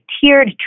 tiered